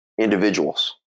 individuals